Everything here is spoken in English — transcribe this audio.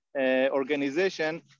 organization